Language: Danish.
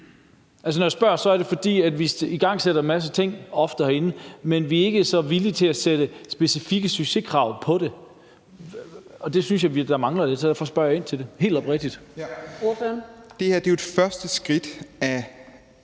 når jeg spørger, er det, fordi vi ofte igangsætter en masse ting herinde, men vi er ikke så villige til at sætte specifikke succeskrav på det, og det synes jeg mangler, så derfor spørger jeg ind til det. Det er helt oprigtigt. Kl. 17:38 Fjerde næstformand